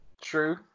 True